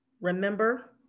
remember